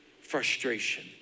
frustration